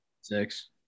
six